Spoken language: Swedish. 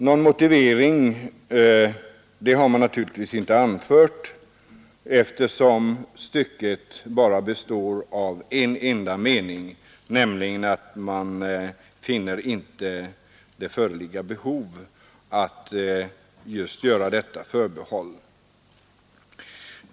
Någon motivering har helt naturligt inte kunnat ges, eftersom utskottet i detta stycke inte funnit behov föreligga att göra detta förbehåll.